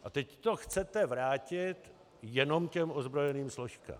A teď to chcete vrátit jenom těm ozbrojeným složkám.